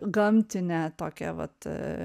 gamtinę tokią vat